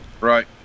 Right